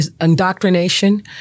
indoctrination